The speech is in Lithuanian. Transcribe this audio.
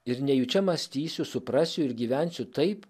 ir nejučia mąstysiu suprasiu ir gyvensiu taip